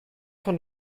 von